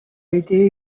été